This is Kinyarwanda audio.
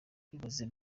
ubuyobozi